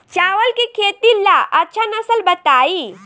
चावल के खेती ला अच्छा नस्ल बताई?